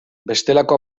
bestelako